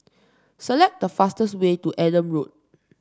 select the fastest way to Adam Road